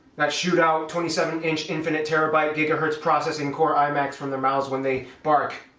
that shoot out twenty seven inch infinite terabyte gigahertz processing core imax from their mouths when they bark.